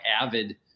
avid